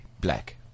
black